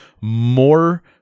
more